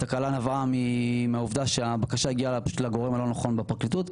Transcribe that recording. התקלה נבעה מהעובדה שהבקשה הגיעה לגורם הלא נכון בפרקליטות.